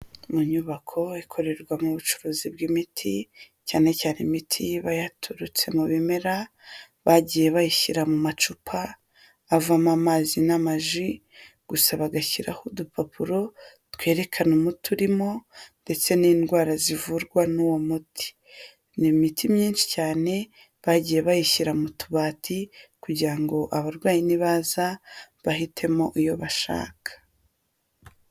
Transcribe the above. Mu nyubako ikorerwa mo ubucuruzi bw'imiti, cyane cyane imiti iba yaturutse mu bimera, bagiye bayishyira mu macupa, avamo amazi n'amaji, gusa bagashyiraho udupapuro twerekana umuti urimo, ndetse n'indwara zivurwa n'uwo muti, ni imiti myinshi cyane bagiye bayishyira mu tubati, kugira ngo abarwayi ni nibaza bahitemo iyo bashaka.